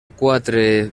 quatre